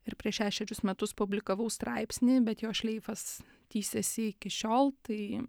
ir prieš šešerius metus publikavau straipsnį bet jo šleifas tįsiasi iki šiol tai